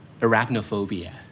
arachnophobia